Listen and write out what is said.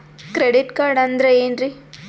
Credit card ಅಂದ್ರ ಏನ್ರೀ?